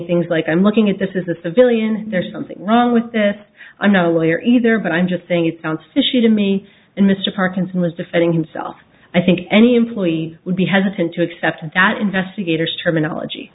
things like i'm looking at this is a civilian there's something wrong with this i'm no lawyer either but i'm just saying it sounds fishy to me and mr parkinson was defending himself i think any employee would be hesitant to accept that investigators terminology